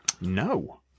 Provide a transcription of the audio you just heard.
No